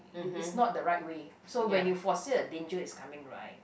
it is not the right way so when you see foresee a danger is coming right